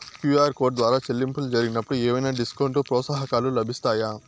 QR code ద్వారా చెల్లింపులు జరిగినప్పుడు ఏవైనా డిస్కౌంట్ లు, ప్రోత్సాహకాలు లభిస్తాయా?